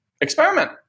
experiment